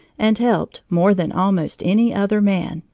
and helped, more than almost any other man,